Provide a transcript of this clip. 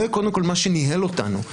קודם כול זה מה שניהל אותנו.